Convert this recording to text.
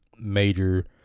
major